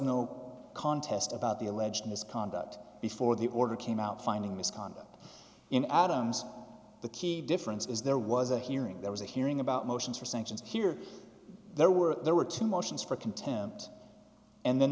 no contest about the alleged misconduct before the order came out finding misconduct in adams the key difference is there was a hearing there was a hearing about motions for sanctions here there were there were two motions for contempt and then